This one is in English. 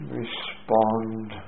respond